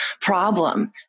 problem